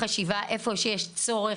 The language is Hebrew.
איה שיש צורך,